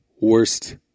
Worst